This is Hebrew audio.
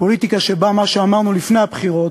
פוליטיקה שבה מה שאמרנו לפני הבחירות,